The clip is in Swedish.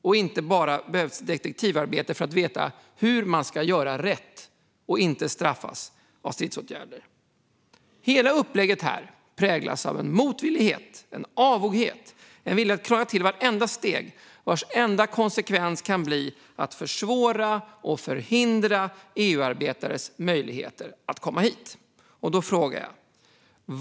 Det ska inte behövas detektivarbete för att få veta hur man ska göra rätt och inte straffas av stridsåtgärder. Detta har nämnts många gånger under många år. Hela upplägget präglas här av en motvillighet, en avoghet och en vilja att krångla till vartenda steg. Den enda konsekvensen blir att försvåra och förhindra EU-arbetares möjligheter att komma hit.